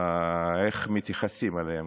איך מתייחסים אליהם.